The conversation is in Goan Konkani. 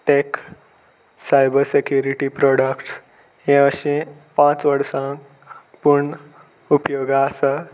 टॅक सायबर सेक्युरिटी प्रोडक्ट्स हे अशें पांच वर्सां पूण उपयोगा आसा